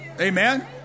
Amen